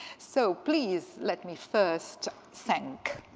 so please let me first thank